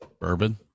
bourbon